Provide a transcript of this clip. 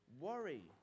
worry